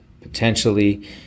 potentially